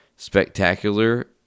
Spectacular